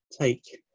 take